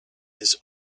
his